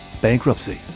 bankruptcy